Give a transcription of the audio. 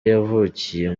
yavukiye